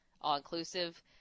all-inclusive